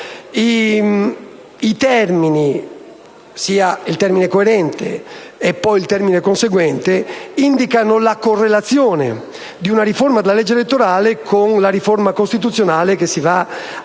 legislative: sia il termine «coerente» che il termine «conseguente» indicano la correlazione di una riforma della legge elettorale con la riforma costituzionale che si va ad